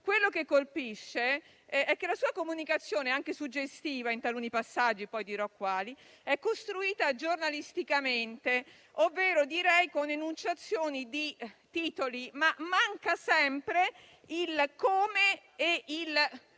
Quello che colpisce è che la sua comunicazione, anche suggestiva in taluni passaggi, che poi dirò, è costruita giornalisticamente, ovvero con enunciazioni di titoli, ma manca sempre il come e il